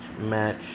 match